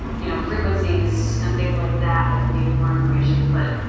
you know, frequencies and things like that that can give you more information. but